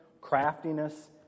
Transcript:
craftiness